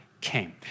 came